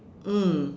mm